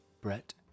Brett